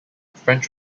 french